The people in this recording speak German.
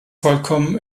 vollkommen